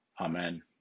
Amen